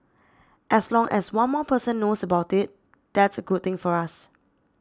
as long as one more person knows about it that's a good thing for us